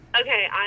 Okay